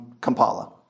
Kampala